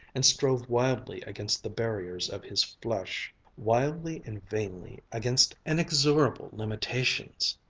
and strove wildly against the barriers of his flesh. wildly and vainly, against inexorable limitations!